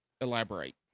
Elaborate